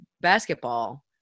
basketball